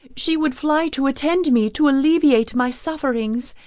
she would fly to attend me, to alleviate my sufferings,